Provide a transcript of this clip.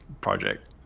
project